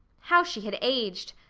how she had aged!